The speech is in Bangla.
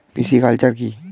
পিসিকালচার কি?